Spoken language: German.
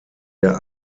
der